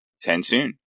Tensoon